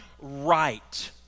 right